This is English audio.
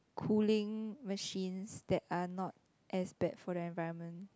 cooling machines that are not as bad for the environment